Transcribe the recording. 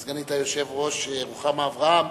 סגנית היושב-ראש, רוחמה אברהם.